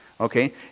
Okay